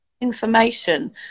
information